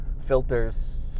filters